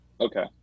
Okay